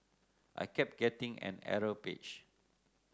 I kept getting an error page